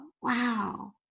wow